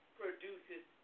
produces